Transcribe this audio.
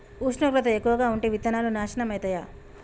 ఉష్ణోగ్రత ఎక్కువగా ఉంటే విత్తనాలు నాశనం ఐతయా?